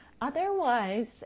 Otherwise